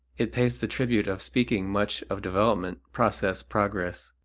it pays the tribute of speaking much of development, process, progress.